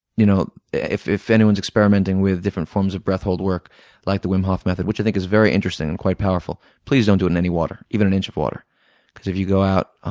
you know if if anyone's experimenting with different forms of breath hold work like the wim hof method which i think is very interesting and quite powerful please don't do it in any water, even an inch of water because, if you go out, ah